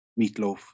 Meatloaf